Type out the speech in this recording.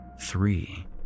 Three